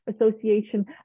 association